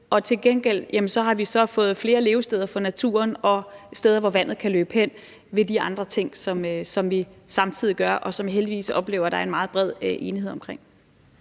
Til gengæld har vi så fået flere levesteder for naturen og steder, hvor vandet kan løbe hen, med de andre ting, som vi samtidig gør, og som vi heldigvis oplever at der er en meget bred enighed om.